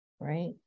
right